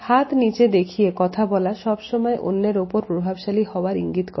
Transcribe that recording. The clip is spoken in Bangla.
হাত নীচে দেখিয়ে কথা বলা সব সময় অন্যের উপরে প্রভাবশালী হওয়ার ইঙ্গিত করে